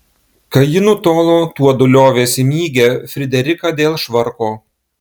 kai ji nutolo tuodu liovėsi mygę frideriką dėl švarko